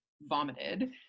vomited